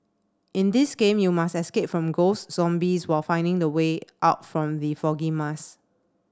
in this game you must escape from ghosts zombies while finding the way out from the foggy